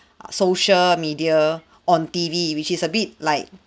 err social media on T_V which is a bit like